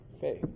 faith